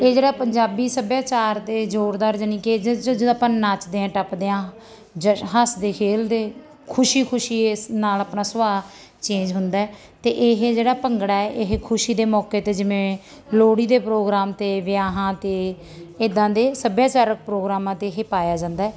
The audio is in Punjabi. ਇਹ ਜਿਹੜਾ ਪੰਜਾਬੀ ਸੱਭਿਆਚਾਰ ਦੇ ਜ਼ੋਰਦਾਰ ਯਾਨੀ ਕਿ ਜਦੋਂ ਆਪਾਂ ਨੱਚਦੇ ਹਾਂ ਟੱਪਦੇ ਹਾਂ ਜਸ਼ਨ ਹੱਸਦੇ ਖੇਡਦੇ ਖੁਸ਼ੀ ਖੁਸ਼ੀ ਇਸ ਨਾਲ ਆਪਣਾ ਸੁਭਾਅ ਚੇਂਜ ਹੁੰਦਾ ਅਤੇ ਇਹ ਜਿਹੜਾ ਭੰਗੜਾ ਇਹ ਖੁਸ਼ੀ ਦੇ ਮੌਕੇ 'ਤੇ ਜਿਵੇਂ ਲੋਹੜੀ ਦੇ ਪ੍ਰੋਗਰਾਮ 'ਤੇ ਵਿਆਹਾਂ 'ਤੇ ਇੱਦਾਂ ਦੇ ਸੱਭਿਆਚਾਰਕ ਪ੍ਰੋਗਰਾਮਾਂ 'ਤੇ ਇਹ ਪਾਇਆ ਜਾਂਦਾ